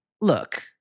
look